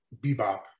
bebop